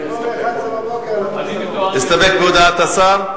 להסתפק בהודעת השר?